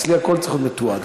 אצלי הכול צריך להיות מתועד.